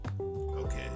Okay